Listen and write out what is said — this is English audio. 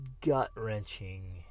gut-wrenching